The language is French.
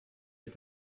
est